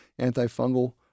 antifungal